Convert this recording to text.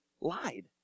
lied